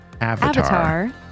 Avatar